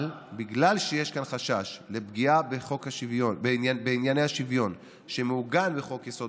אבל בגלל שיש כאן חשש לפגיעה בענייני השוויון שמעוגן בחוק-היסוד,